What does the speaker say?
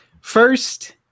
First